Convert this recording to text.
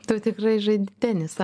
tu tikrai žaidi tenisą